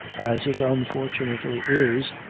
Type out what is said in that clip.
as it unfortunately is,